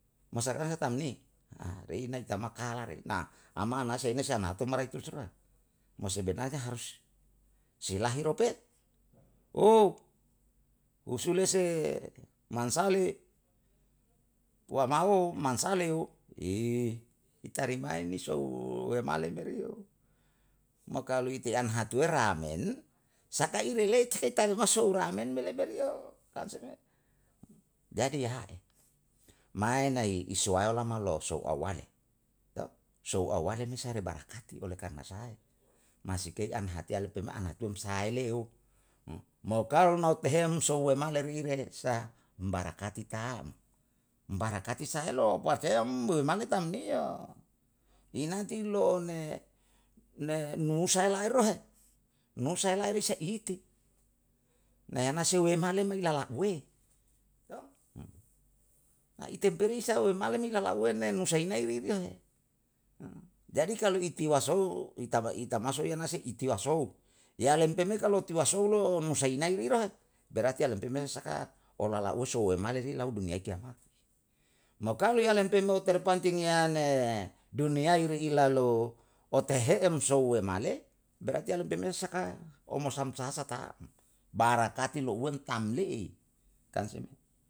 Masa kasa tamni reina ta ma kala rei ama ana sei na si marai tu sira, mo sebenarnya harus si lahir ope husule se mansale uwama mansale i tarimae ni sou waemale merei mo kalo ite han atue ra men, sakai le lei tei tarima sou ra'a men me lebe rei kan se me. jadi hiya ha'e. Mae na'i, i suelama lou sou awale. Sou awale me se rei barakati oleh karna sahae? Masikei an hatiya le'e pe mai ana tuem sahae le'e mo kalu mau tehem sou waemale ri'i re sa um barakati tau. Um barakati saelo bafe um waemale tam nei i nanti lo'on nunusa i laher nunusa i laher isa i hite, nae ana si waemale me lala kuwe na ite perisa waemale me lala uwe me nusa inae ririo jadi kalu i tiwa sou i tamaso ena se i tiwa sou, yalem pe me kalu tiwa sou lo nusa inai riri berarti yalem pe me saka olala uwe sou waemale ri lau duniyae ye kiamat. Mo kalu yalem pe mau terpancing denge duniyai ri'i lalu ote ehem sou waemale, berarti yalem pemete saka um samsahasa ta am. Barakati lo'uwe tam le'i kan se me